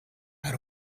out